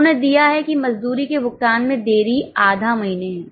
उन्होंने दिया है कि मजदूरी के भुगतान में देरी आधा महीने है